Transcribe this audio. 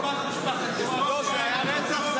זה היה רצח?